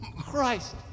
Christ